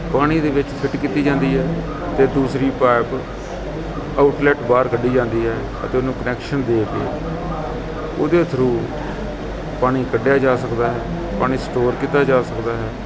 ਪਾਣੀ ਦੇ ਵਿੱਚ ਫਿਟ ਕੀਤੀ ਜਾਂਦੀ ਹੈ ਅਤੇ ਦੂਸਰੀ ਪਾਈਪ ਆਊਟਲੈਟ ਬਾਹਰ ਕੱਢੀ ਜਾਂਦੀ ਹੈ ਅਤੇ ਉਹਨੂੰ ਕਨੈਕਸ਼ਨ ਦੇ ਕੇ ਉਹਦੇ ਥਰੂ ਪਾਣੀ ਕੱਢਿਆ ਜਾ ਸਕਦਾ ਹੈ ਪਾਣੀ ਸਟੋਰ ਕੀਤਾ ਜਾ ਸਕਦਾ ਹੈ